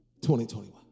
2021